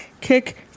kick